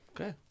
Okay